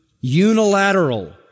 unilateral